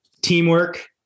teamwork